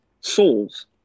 souls